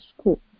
school